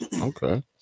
Okay